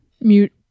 mute